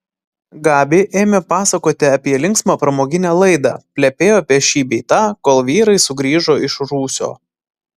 gabi ėmė pasakoti apie linksmą pramoginę laidą plepėjo apie šį bei tą kol vyrai sugrįžo iš rūsio